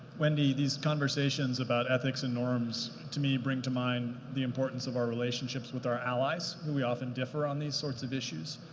wendy, these conversations about ethics and norms to me bring to mind the importance of our relationships with our allies, who we often differ on these sorts of issues.